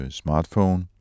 smartphone